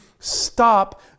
Stop